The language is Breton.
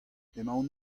emaon